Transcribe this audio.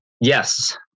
Yes